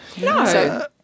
No